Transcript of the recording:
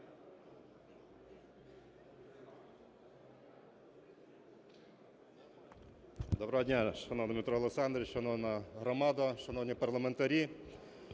Доброго дня, шановний Дмитро Олександрович, шановна громада, шановні парламентарі!